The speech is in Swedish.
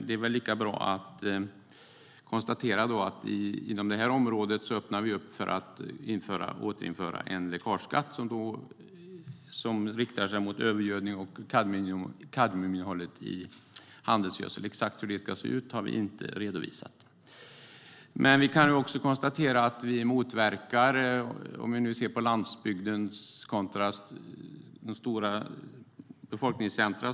Det är väl lika bra att konstatera att vi inom det här området öppnar för att återinföra en läckageskatt som riktar sig mot övergödning och kadmiuminnehållet i handelsgödsel. Exakt hur det ska se ut har vi inte redovisat. Vi kan se på landsbygden kontra stora befolkningscentrum.